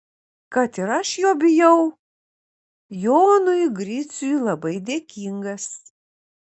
kad ir aš jo bijau jonui griciui labai dėkingas